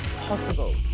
possible